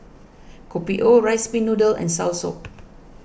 Kopi O Rice Pin Noodles and Soursop